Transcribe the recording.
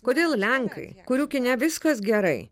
kodėl lenkai kurių kine viskas gerai